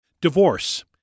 Divorce